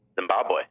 Zimbabwe